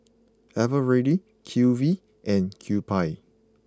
Eveready Q V and Kewpie